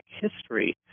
history